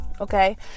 Okay